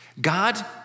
God